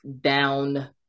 down